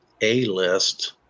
A-list